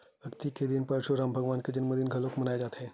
अक्ती के दिन परसुराम भगवान के जनमदिन घलोक मनाए जाथे